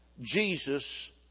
Jesus